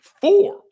four